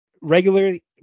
regularly